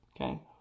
okay